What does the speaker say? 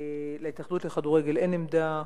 להתאחדות לכדורגל אין עמדה.